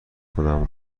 خودم